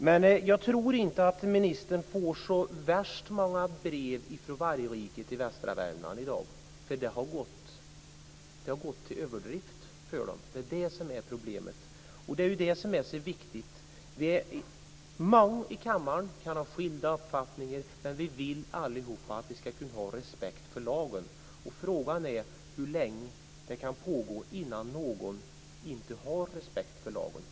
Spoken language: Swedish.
Men jag tror inte att ministern får så värst många brev från vargriket västra Värmland i dag, för där har det gått till överdrift. Det är det som är problemet. Många i kammaren kan ha skilda uppfattningar, men vi vill allihop att vi ska kunna ha respekt för lagen. Frågan är hur länge detta kan pågå innan inte någon har respekt för lagen.